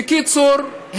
בקיצור,